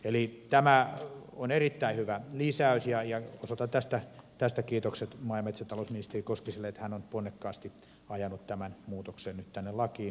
tämä on erittäin hyvä lisäys ja osoitan tästä kiitokset maa ja metsätalousministeri koskiselle että hän on ponnekkaasti ajanut tämän muutoksen nyt tänne lakiin